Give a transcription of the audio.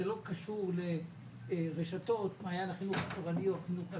זה לא קשור לרשתות מעיין החינוך התורני או החינוך העצמאי.